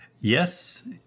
Yes